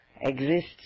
exists